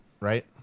Right